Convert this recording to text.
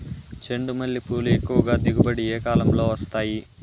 చెండుమల్లి పూలు ఎక్కువగా దిగుబడి ఏ కాలంలో వస్తాయి